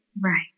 right